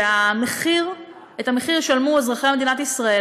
ואת המחיר ישלמו אזרחי מדינת ישראל.